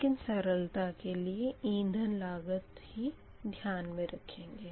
लेकिन सरलता के लिए ईंधन लागत ही ध्यान मे रखेंगे